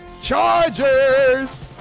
Chargers